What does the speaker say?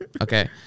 Okay